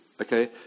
Okay